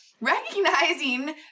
recognizing